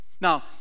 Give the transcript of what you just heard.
Now